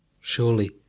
Surely